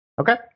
Okay